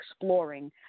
exploring